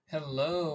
Hello